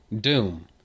Doom